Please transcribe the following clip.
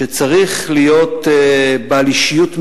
שצריך להיות בעל אישיות מיוחדת,